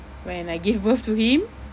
when I gave birth to him